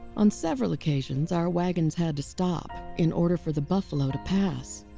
on several occasions our wagons had to stop in order for the buffalo to pass.